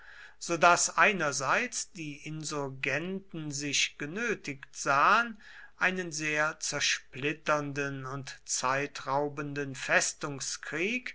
so daß einerseits die insurgenten sich genötigt sahen einen sehr zersplitternden und zeitraubenden